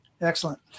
excellent